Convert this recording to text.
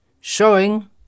showing